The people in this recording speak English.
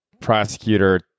prosecutor